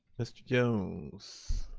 mr. jones.